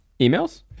Emails